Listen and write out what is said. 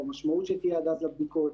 במשמעות שתהיה עד אז לבדיקות,